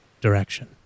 direction